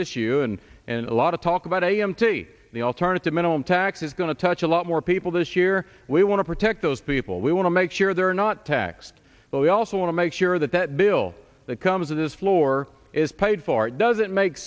issue and and a lot of talk about a m t the alternative minimum tax is going to touch a lot more people this year we want to protect those people we want to make sure they're not taxed but we also want to make sure that that bill that comes to this floor is paid for does it make